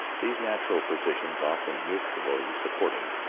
these natural posi tions, often mutually supporting,